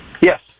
Yes